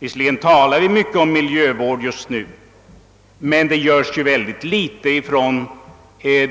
Visserligen talar vi mycket om miljövård just nu, men